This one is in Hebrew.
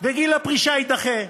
וגיל הפרישה יידחה,